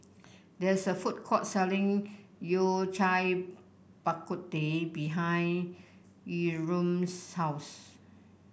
there is a food court selling Yao Cai Bak Kut Teh behind Yurem's house